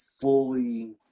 fully